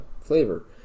flavor